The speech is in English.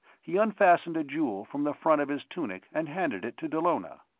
he unfastened a jewel from the front of his tunic and handed it to dallona.